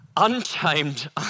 untamed